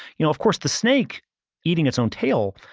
you know of course the snake eating its own tail,